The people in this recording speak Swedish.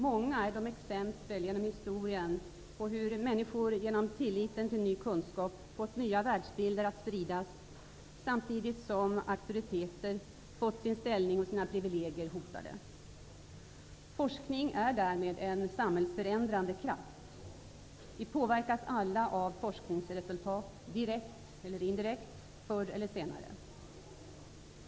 Många är de exempel genom historien på hur människor genom tilliten till ny kunskap har fått nya världsbilder att spridas samtidigt som auktoriteter har fått sin ställning och sina privilegier hotade. Forskning är därmed en samhällsförändrande kraft. Vi påverkas alla av forskningsresultat direkt eller indirekt, förr eller senare.